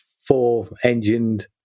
four-engined